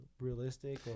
realistic